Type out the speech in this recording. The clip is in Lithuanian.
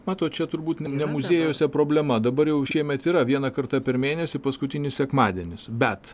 matot čia turbūt ne muziejuose problema dabar jau šiemet yra vieną kartą per mėnesį paskutinis sekmadienis bet